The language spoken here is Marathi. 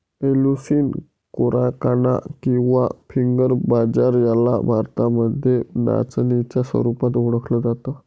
एलुसीन कोराकाना किंवा फिंगर बाजरा याला भारतामध्ये नाचणीच्या स्वरूपात ओळखल जात